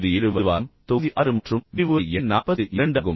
இது 7 வது வாரம் தொகுதி 6 மற்றும் விரிவுரை எண் 42 ஆகும்